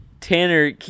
Tanner